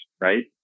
right